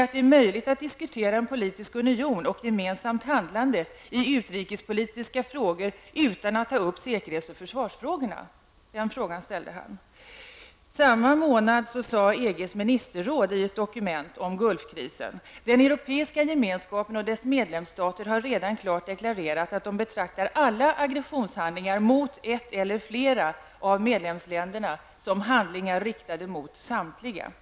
han om det är möjligt att diskutera en politisk union och gemensamt handlade i utrikespolitiska frågor utan att ta upp säkerhets och försvarsfrågorna. Samma månad sade EGs ministerråd i ett dokument om Gulfkrisen att Europeiska gemenskapen och dess medlemsstater redan har klart deklarerat att man betraktar alla aggressionshandlingar mot ett eller flera av medlemsländerna som handlingar riktade mot samtliga.